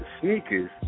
sneakers